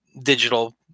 digital